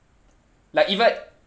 like even